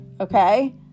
okay